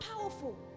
powerful